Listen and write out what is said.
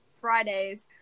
fridays